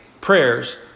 prayers